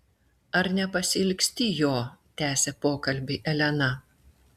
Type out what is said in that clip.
ar nepasiilgsti jo tęsia pokalbį elena